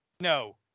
no